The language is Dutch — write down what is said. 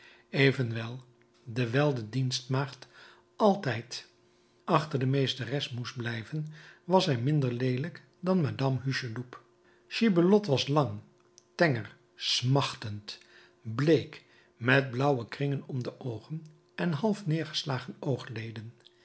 evenwel dewijl de dienstmaagd altijd achter de meesteres moet blijven was zij minder leelijk dan madame hucheloup gibelotte was lang tenger smachtend bleek met blauwe kringen om de oogen en half neergeslagen oogleden